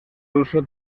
ruso